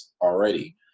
already